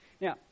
Now